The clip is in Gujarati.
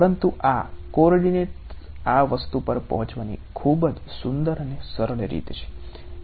પરંતુ આ કોઓર્ડિનેટ્સ આ વસ્તુ પર પહોંચવાની ખૂબ જ સુંદર અને સરળ રીત છે